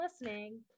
listening